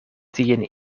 tien